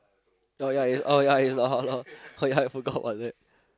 oh ya it's oh ya it's uh oh ya I forgot about that